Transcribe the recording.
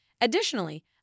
Additionally